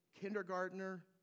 kindergartner